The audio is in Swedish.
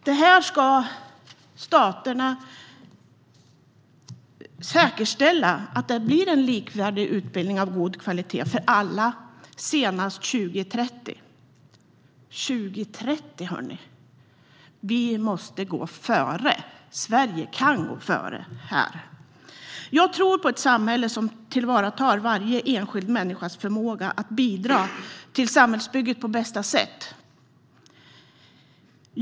Detta ska staterna säkerställa: att det blir en likvärdig utbildning av god kvalitet för alla senast 2030. Sverige måste och kan gå före här. Jag tror på ett samhälle som tillvaratar varje enskild människas förmåga att bidra till samhällsbygget på bästa sätt.